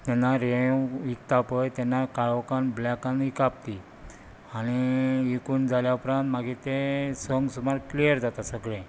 तेन्ना रेंव विकता पळय तेन्ना काळोकान ब्लॅकान विकप ती आनी विकून जाल्या उपरांत मागीर तें संक सुमार क्लियर जाता सगळें